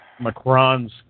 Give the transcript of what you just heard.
Macron's